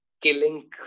killing